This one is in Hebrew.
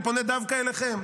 אני פונה דווקא אליכם,